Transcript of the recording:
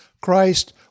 Christ